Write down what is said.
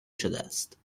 شدهاست